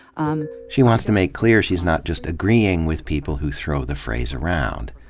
um, she wants to make clear she's not just agreeing with people who throw the phrase around.